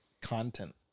content